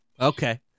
Okay